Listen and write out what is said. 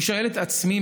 אני שואל את עצמי,